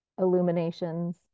illuminations